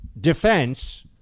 defense